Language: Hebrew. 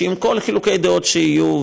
שעם כל חילוקי הדעות שיהיו,